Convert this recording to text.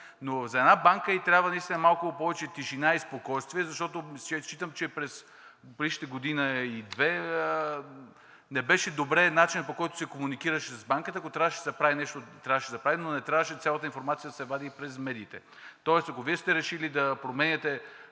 Но за една банка трябва наистина малко повече тишина и спокойствие, защото считам, че през предишните две години не беше добре начинът, по който се комуникираше с Банката, ако трябваше да се прави нещо, трябваше да правим, но не трябваше цялата информация да се вади през медиите. Тоест, ако Вие сте решили да променяте